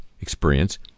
experience